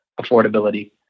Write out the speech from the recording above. affordability